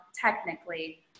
Technically